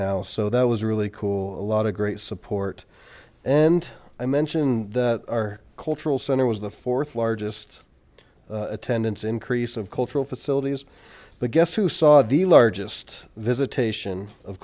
now so that was really cool a lot of great support and i mentioned that our cultural center was the fourth largest attendance increase of cultural facilities but guess who saw the largest visitation of